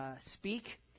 speak